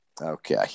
Okay